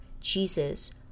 Jesus